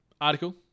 article